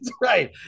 Right